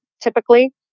typically